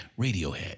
Radiohead